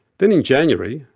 then in january,